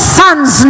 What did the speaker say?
sons